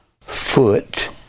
foot